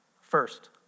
First